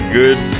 good